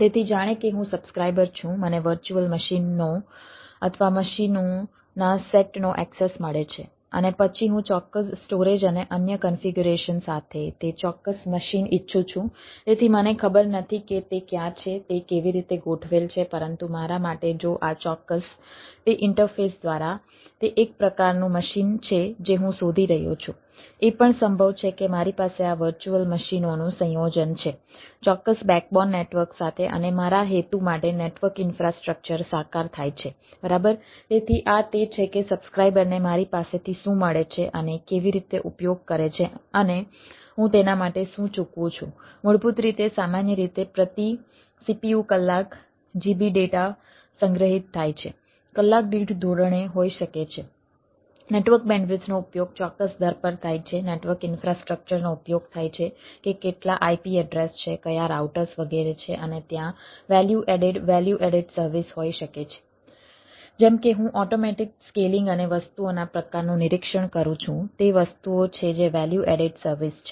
તેથી જાણે કે હું સબ્સ્ક્રાઇબર છું મને વર્ચ્યુઅલ મશીન અને વસ્તુઓના પ્રકારનું નિરીક્ષણ કરું છું તે વસ્તુઓ છે જે વેલ્યુ એડેડ સર્વિસ છે